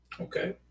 Okay